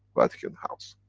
vatican house.